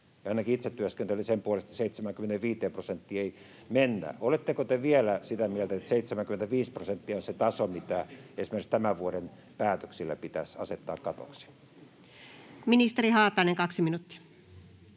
ainakin itse työskentelen sen puolesta, että 75 prosenttiin ei mennä. Oletteko te vielä sitä mieltä, että 75 prosenttia on se taso, mikä esimerkiksi tämän vuoden päätöksille pitäisi asettaa katoksi? [Speech 71] Speaker: Anu